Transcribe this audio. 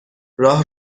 راه